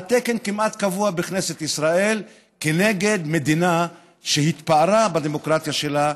על תקן כמעט קבוע בכנסת ישראל כנגד מדינה שהתפארה בדמוקרטיה שלה,